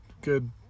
good